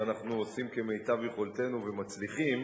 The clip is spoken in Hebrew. ואנחנו עושים כמיטב יכולתנו ומצליחים